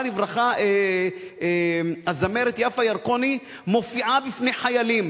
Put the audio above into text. לברכה הזמרת יפה ירקוני מופיעה בפני חיילים,